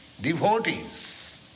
devotees